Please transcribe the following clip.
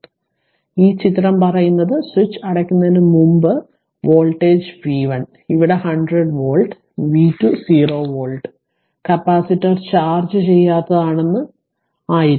അതിനാൽ ഈ ചിത്രം പറയുന്നത് സ്വിച്ച് അടയ്ക്കുന്നതിന് മുമ്പ് വോൾട്ടേജ് v1 ഇവിടെ 100 volt v2 0 volt capacitor charge ചെയ്യാത്തതാണെന്ന് ആയിരുന്നു